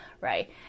right